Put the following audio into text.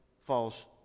falls